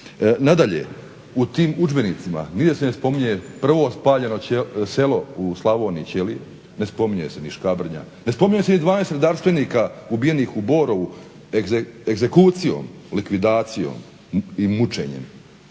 Nadalje, u tim udžbenicima nigdje se ne spominje prvo spaljeno selo u Slavoniji Ćelije, ne spominje se ni Škabrnja, ne spominje se ni 12 redarstvenika ubijenih u Borovu egzekucijom, likvidacijom i mučenjem.